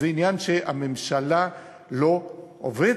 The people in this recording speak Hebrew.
זה עניין שהממשלה לא עובדת.